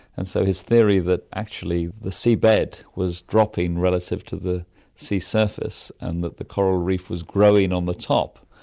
and so his theory that actually the sea bed was dropping relative to the sea surface and that the coral reef was growing on the top,